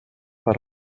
per